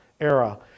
era